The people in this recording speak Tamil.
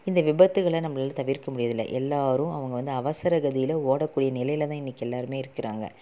இந்த விபத்துகளை நம்பளால் தவிர்க்க முடியிறதில்லை எல்லாரும் அவங்க வந்து அவசரகதியில ஓடக்கூடிய நிலையில்தான் இன்னைக்கு எல்லாருமே இருக்குறாங்க